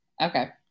Okay